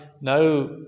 no